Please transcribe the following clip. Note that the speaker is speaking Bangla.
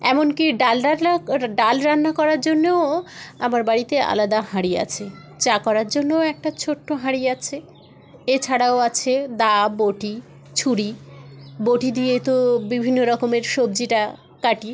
এমন কি ডাল রান্না কর ডাল রান্না করার জন্যেও আমার বাড়িতে আলাদা হাঁড়ি আছে চা করার জন্যও একটা ছোট্ট হাঁড়ি আছে এছাড়াও আছে দা বঁটি ছুরি বঁটি দিয়ে তো বিভিন্ন রকমের সবজিটা কাটি